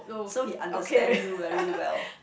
so he understand you very well